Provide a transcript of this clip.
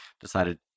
decided